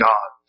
God